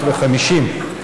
550,